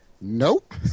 nope